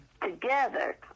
Together